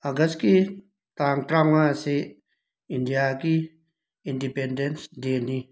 ꯑꯥꯒꯁꯀꯤ ꯇꯥꯡ ꯇ꯭ꯔꯥꯃꯉꯥ ꯑꯁꯤ ꯏꯟꯗꯤꯌꯥꯒꯤ ꯏꯟꯗꯤꯄꯦꯟꯗꯦꯟꯁ ꯗꯦꯅꯤ